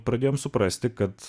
pradėjom suprasti kad